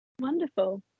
Wonderful